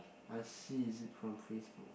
I see is it from FaceBook